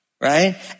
right